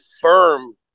firm